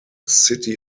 city